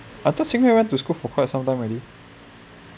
I thought xin hui went to school for quite some time already